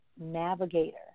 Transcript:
Navigator